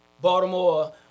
Baltimore